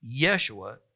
Yeshua